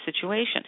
situation